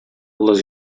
les